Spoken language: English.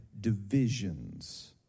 divisions